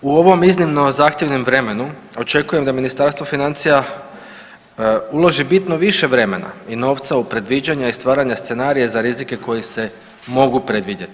U ovom iznimno zahtjevnom vremenu očekujem da Ministarstvo financija uloži bitno više vremena i novca u predviđanje i stvaranje scenarija za rizike koji se mogu predvidjeti.